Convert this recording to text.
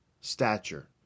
stature